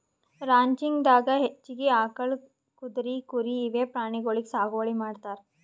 ranching ದಾಗಾ ಹೆಚ್ಚಾಗಿ ಆಕಳ್, ಕುದ್ರಿ, ಕುರಿ ಇವೆ ಪ್ರಾಣಿಗೊಳಿಗ್ ಸಾಗುವಳಿ ಮಾಡ್ತಾರ್